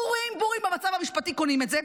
בורים במצב המשפטי קונים את זה?